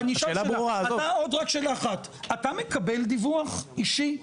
רק עוד שאלה אחת, אתה מקבל דיווח אישי?